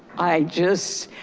i just,